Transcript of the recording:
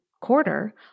quarter